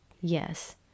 yes